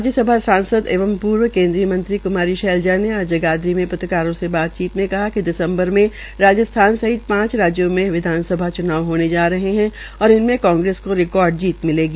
राज्यसभा सांसद एवं पूर्व केन्द्रीय मंत्री क्मारी शैलजा ने आज जगाधरी में पत्रकारों से बातचीत में कहा कि दिसम्बर में राजस्थान सहित पांच राज्यों में विधानसभा च्नाव होने जा रहे है और कांग्रेस को रिकार्ड जीत मिलेगी